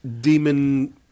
demon